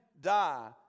die